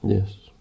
Yes